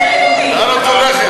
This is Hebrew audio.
הגבר.